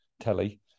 telly